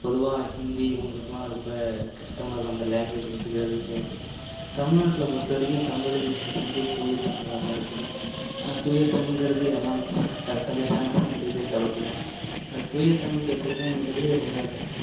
பொதுவாக ஹிந்தி இவங்களுக்குல்லாம் ரொம்ப கஷ்டமாக இருக்கும் அந்த லேங்குவேஜை கற்றுக்கிறதுங்கறது தமிழ்நாட்டில் பொருத்த வரைக்கும் தமிழுங்கிறது வந்து தூய தமிழாக தான் இருக்குது ஆனால் தூய தமிழ்ங்கிறது எல்லாம் கரெக்டாக பேசுகிறாங்களாங்கிறதே டவுட்டு தான் அது தூயதமிழ் பேசுறது என்கிறதே ரொம்ப கஷ்டம்